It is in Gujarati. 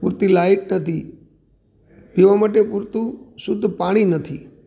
પૂરતી લાઈટ નથી પીવા માટે પૂરતું શુધ્ધ પાણી નથી